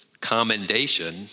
commendation